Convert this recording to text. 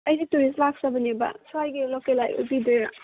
ꯑꯩꯗꯤ ꯇꯨꯔꯤꯁ ꯂꯥꯛꯆꯕꯅꯦꯕ ꯁ꯭ꯋꯥꯏꯒꯤ ꯂꯣꯀꯦꯜ ꯂꯥꯏꯠ ꯑꯣꯏꯕꯤꯗꯣꯏꯔ